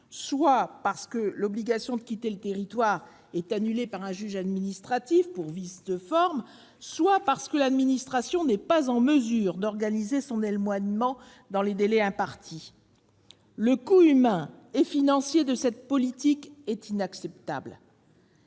soit parce que l'OQTF est annulée par le juge administratif pour vice de forme, soit parce que l'administration n'a pas été en mesure d'organiser son éloignement dans les délais impartis. Le coût humain et financier de cette politique n'est pas acceptable.